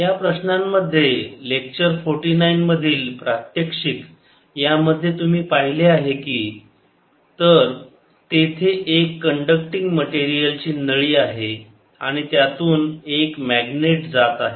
या प्रश्नांमध्ये लेक्चर 49 मधील प्रात्यक्षिक यामध्ये तुम्ही पाहिले आहे की तर तेथे एक कंडक्टिंग मटेरिअलची नळी आहे आणि त्यातून एक मॅग्नेट जात आहे